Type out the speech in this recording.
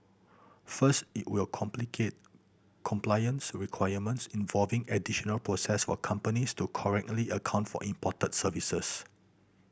first it will complicate compliance requirements involving additional process for companies to correctly account for imported services